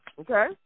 okay